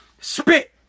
spit